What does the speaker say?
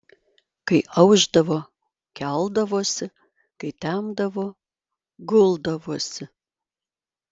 kai aušdavo keldavosi kai temdavo guldavosi